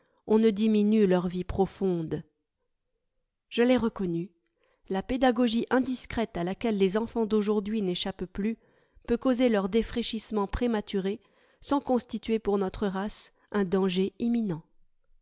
on ne diminue leur vie profonde je l'ai reconnu la pédagogie indiscrète à laquelle les enfants d'aujourd'hui n'échappent plus peut causer leur défraîchissement prématuré sans constituer pour notre race un danger imminent